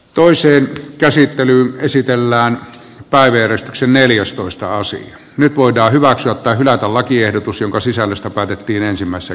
toiseen käsittelyyn esitellään tai veri simelius toistaa sen nyt voidaan hyväksyä tai hylätä lakiehdotus jonka sisällöstä päätettiin ensimmäisessä